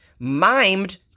Mimed